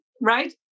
right